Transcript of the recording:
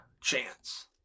chance